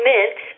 Mint